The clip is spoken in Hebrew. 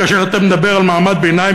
כאשר אתה מדבר על מעמד ביניים,